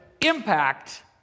impact